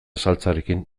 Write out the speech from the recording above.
saltsarekin